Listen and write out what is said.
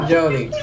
Jody